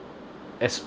as